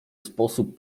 sposób